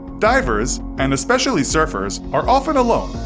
divers, and especially surfers, are often alone,